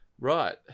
Right